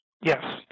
Yes